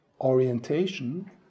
orientation